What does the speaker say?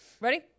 Ready